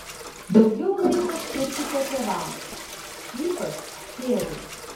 daugiau laiko skirkite tėvams ypač tėvui